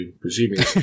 presumably